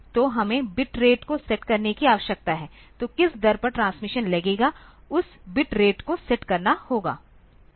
तो हमें bit rate को सेट करने की आवश्यकता है तो किस दर पर ट्रांसमिशन लगेगा उस बिट रेट को सेट करना होगा